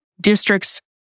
districts